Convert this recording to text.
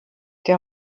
der